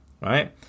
right